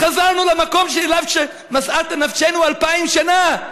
חזרנו למקום שהיה משאת נפשנו אלפיים שנה.